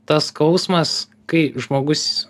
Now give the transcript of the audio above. tas skausmas kai žmogus